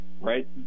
right